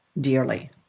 dearly